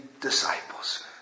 disciples